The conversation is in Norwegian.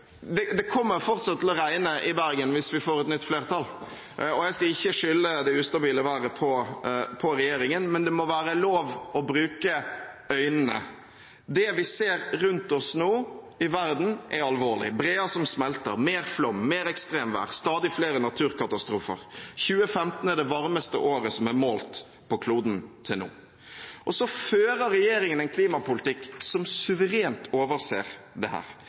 seg. Det kommer fortsatt til å regne i Bergen hvis vi får et nytt flertall, og jeg skal ikke skylde på regjeringen for det ustabile været, men det må være lov å bruke øynene. Det vi ser rundt oss nå i verden, er alvorlig: breer som smelter, mer flom, mer ekstremvær, stadig flere naturkatastrofer. 2015 er det varmeste året som er målt på kloden til nå. Og så fører regjeringen en klimapolitikk som suverent overser